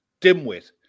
dimwit